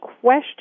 question